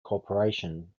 corporation